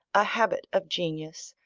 a habit of genius,